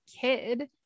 kid